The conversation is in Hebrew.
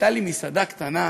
הייתה לי מסעדה קטנה,